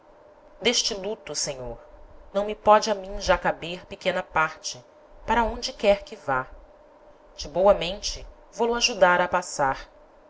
d'este luto senhor não me póde a mim já caber pequena parte para onde quer que vá de boamente vo lo ajudára a passar